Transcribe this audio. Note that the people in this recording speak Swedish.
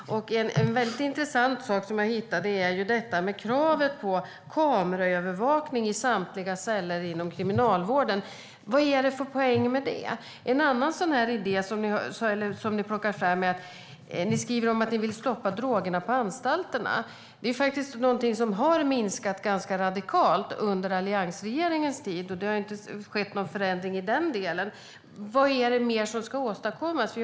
En intressant sak är detta med kravet på kameraövervakning i samtliga celler inom kriminalvården. Vad är det för poäng med det? En annan idé som ni har tagit fram gäller att ni vill stoppa drogerna på anstalterna. Drogerna minskade ganska radikalt under alliansregeringens tid, och det har inte skett någon förändring i den delen. Vad är det mer som ska åstadkommas?